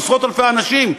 עשרות-אלפי אנשים.